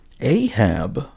Ahab